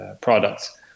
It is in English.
products